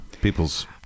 People's